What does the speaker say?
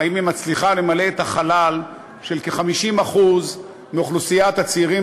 אם היא מצליחה למלא את החלל של כ-50% מאוכלוסיית הצעירים